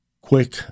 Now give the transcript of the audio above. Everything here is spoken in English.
quick